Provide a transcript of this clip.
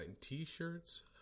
t-shirts